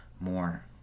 more